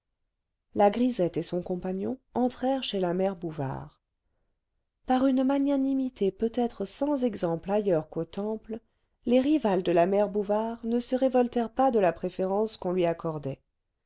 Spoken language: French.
la grisette et son compagnon entrèrent chez la mère bouvard par une magnanimité peut-être sans exemple ailleurs qu'au temple les rivales de la mère bouvard ne se révoltèrent pas de la préférence qu'on lui accordait